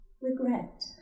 regret